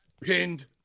pinned